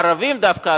הערבים דווקא,